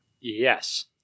Yes